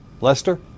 Lester